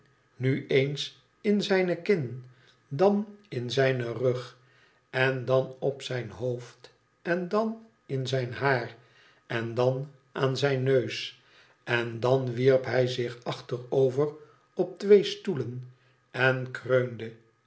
na eens in zijne kin dan in zijn rug en dan op zijn hoofd en dan in zijn haar en dan aan zijn neus en dan wierp hij zich achterover op twee stoelen en kreunde